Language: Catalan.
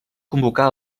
convocà